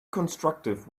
constructive